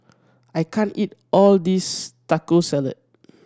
I can't eat all this Taco Salad